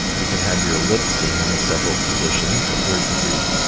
you can have your lips in one of several positions, a third degree.